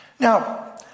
Now